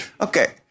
Okay